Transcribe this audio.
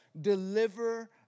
deliver